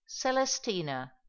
Celestina